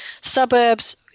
suburbs